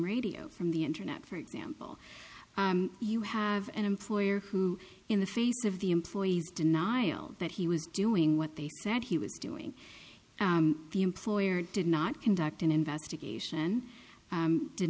radio from the internet for example you have an employer who in the face of the employee's denial that he was doing what they said he was doing the employer did not conduct an investigation